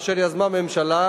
אשר יזמה הממשלה,